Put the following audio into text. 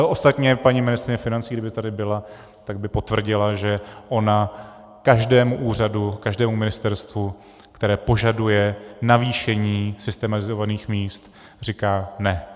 Ostatně paní ministryně financí, kdyby tady byla, tak by potvrdila, že ona každému úřadu, každému ministerstvu, které požaduje navýšení systemizovaných míst, říká ne.